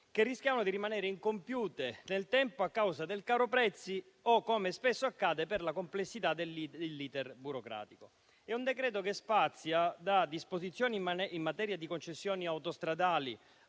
che rischiavano di rimanere incompiute nel tempo a causa del caro prezzi o - come spesso accade - per la complessità dell'*iter* burocratico. È un decreto-legge che spazia da disposizioni in materia di concessioni autostradali